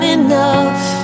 enough